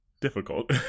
difficult